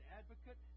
advocate